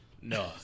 No